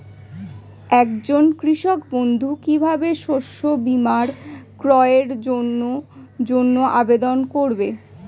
একজন কৃষক বন্ধু কিভাবে শস্য বীমার ক্রয়ের জন্যজন্য আবেদন করবে?